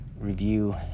review